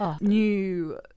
new